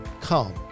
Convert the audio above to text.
Come